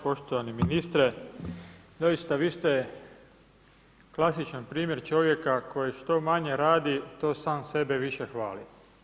Poštovani ministre, doista vi ste klasičan primjer čovjeka koji što manje radi to sam sebe više hvali.